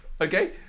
Okay